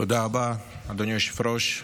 תודה רבה, אדוני היושב-ראש.